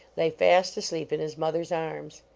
lay fast asleep in his mother s arms.